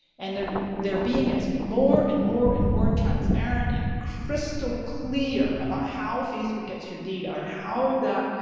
and they're they're being as more and more and more transparent and crystal clear about how facebook gets your data or how that